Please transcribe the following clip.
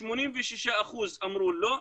86% אמרו לא,